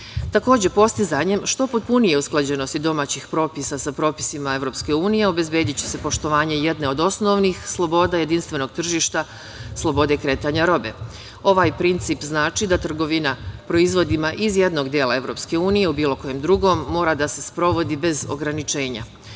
postizanjem što potpunije usklađenosti domaćih propisa sa propisima EU obezbediće se poštovanje jedne od osnovnih sloboda jedinstvenog tržišta - slobode kretanja robe. Ovaj princip znači da trgovina proizvodima iz jednog dela EU u bilo kojem drugom mora da se sprovodi bez ograničenja. Shodno